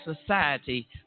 society